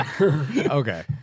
Okay